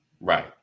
Right